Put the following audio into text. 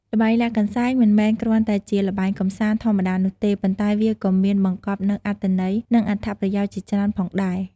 ល្បែងលាក់កន្សែង មិនមែនគ្រាន់តែជាល្បែងកម្សាន្តធម្មតានោះទេ ប៉ុន្តែវាក៏មានបង្កប់នូវអត្ថន័យ និងអត្ថប្រយោជន៍ជាច្រើនផងដែរ។